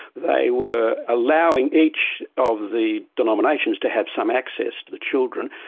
they were allowing each of the denominations to have some access to the children,